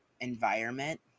environment